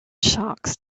sharks